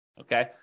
okay